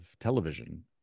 television